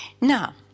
Now